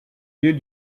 lieux